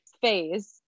phase